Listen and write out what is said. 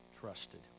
trusted